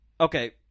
Okay